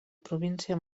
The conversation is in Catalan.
província